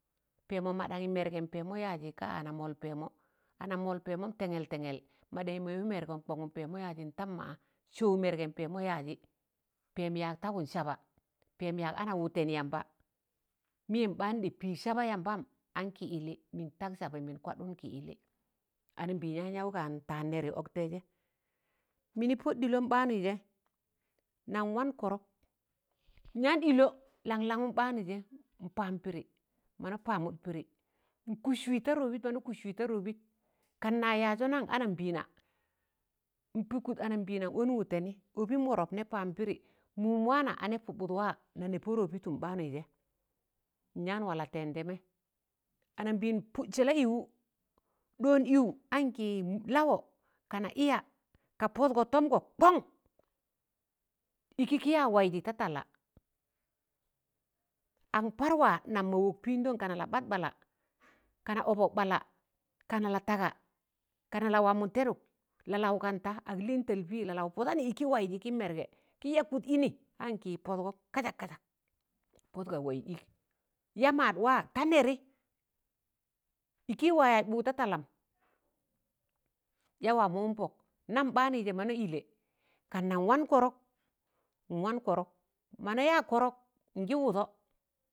Pẹmọ mọɗangị mẹrgẹm pẹmọ yaa jị ka anamọl pẹmọ anamọl pẹmọm tẹṇgẹl tẹṇgẹl mọɗaṇyị mọ wẹ mẹrgẹm kọṇgụm pẹmọ yaaji n tam sọọu mẹrgẹm pẹmọ yaa ji, pẹe̱m yak tagụn saba pẹm yak ana wụtẹn yamba mịyẹm ɓaadị pịịk sama yambam an kịyịllị mịn tag saba mịịn kwadụn kịyịllị anaambịn yan yau gan tan nẹrị ọktẹịzẹ mịn pọd ɗịlọm ɓ̣aanụi jẹ nan wan kọrọk nyan i̱lọ laṇlaṇụm ɓ̣aanụị jẹ npam pịdị mọna pamụd pịdị nkụs wị da rọbịt mọna kụs wị ta rọbit kan na yazụ nan anambẹẹna npịkụd anaambẹna ọn wụtẹnị ọbịm wọrọp nẹ pam pịdị mụm waana anẹ pụbụd waa na nẹ pọ rọbịttụm ɓanụ jẹ nyan wa latẹndẹme anaambeịịn pụ salaịwụ ɗọn ịyụ ankị lawọ kana ịya ka pọdgọ tọmgọ kọn ịkị kịya waịzị ta talla an parwa nam ma wọk pịndam kana la bad balla kana ọbọk balla kana la tagaa kana la wamụn tẹdụk la lau gan taa ag lịịn tẹl pịị la lau pọdanị ịkị waịzi kị mẹrgẹ ki yaku̱d ịnị an kị pọdgọn kazak kazak pọd ka waịz ịk ya maad waa ta nẹrị ịkị wa yaz ḅụk da tallam ya waamọ wụm nam ɓaanụị je mọna ịlẹ kan nan wan kọrọk n wan kọrọk mana yaa kọrọk n gi wụdọ.